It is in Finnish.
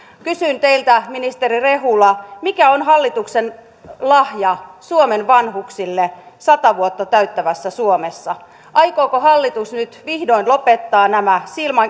kysyn teiltä ministeri rehula mikä on hallituksen lahja suomen vanhuksille sata vuotta täyttävässä suomessa aikooko hallitus nyt vihdoin lopettaa nämä